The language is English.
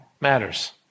matters